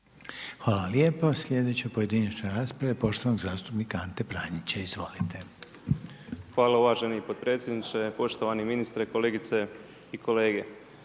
Hvala lijepo. Sljedeća pojedinačna rasprava je poštovanog zastupnika Ante Pranića, izvolite. **Pranić, Ante (NLM)** Hvala uvaženi potpredsjedniče. Poštovani ministre, kolegice i kolege.